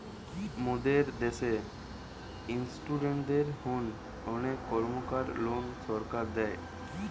মোদের দ্যাশে ইস্টুডেন্টদের হোনে অনেক কর্মকার লোন সরকার দেয়